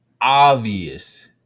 obvious